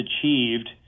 achieved